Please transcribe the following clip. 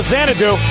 Xanadu